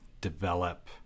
develop